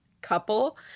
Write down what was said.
couple